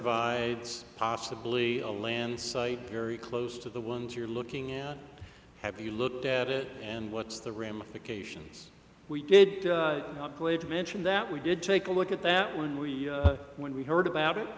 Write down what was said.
provides possibly a land site very close to the ones you're looking at have you looked at it and what's the ramifications we did not play to mention that we did take a look at that when we when we heard about it